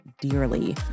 dearly